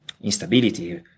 instability